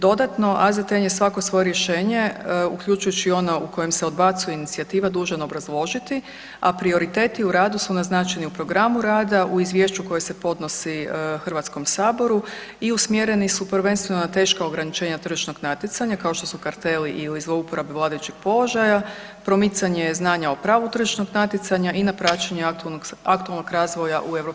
Dodatno, AZTN je svako svoje rješenje, uključujući ono u kojem se odbacuje inicijativa, dužan obrazložiti, a prioriteti u radu su naznačeni u programu rada, u izvješću koje se podnosi HS-u i usmjereni su prvenstveno na teška ograničenja tržišnog natjecanja, kao što su karteli ili zlouporabe vladajućeg položaja, promicanje znanja o pravu tržišnog natjecanja i na praćenje aktualnog razvoja u europskom pravu.